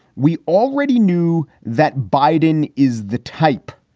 we already knew that biden is the type,